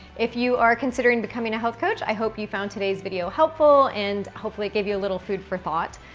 if you are considering becoming a health coach i hope you found today's video helpful and hopefully gave you a little food for thought.